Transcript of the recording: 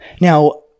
Now